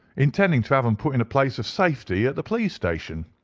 intending to have them put in a place of safety at the police station.